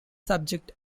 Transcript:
subject